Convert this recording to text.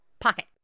pocket